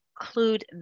include